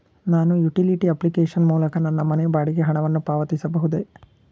ನಾನು utility application ಮೂಲಕ ನನ್ನ ಮನೆ ಬಾಡಿಗೆ ಹಣವನ್ನು ಪಾವತಿಸಬಹುದೇ?